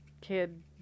kid